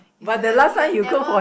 this season he will never